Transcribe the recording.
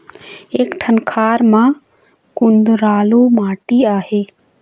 एक ठन खार म कुधरालू माटी आहे?